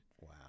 Wow